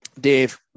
Dave